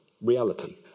reality